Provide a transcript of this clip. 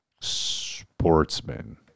Sportsman